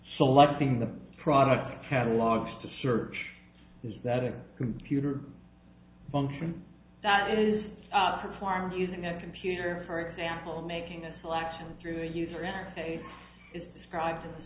selecting the product catalogs to search is that a computer function that is performed using a computer for example making a selection through a user interface is described a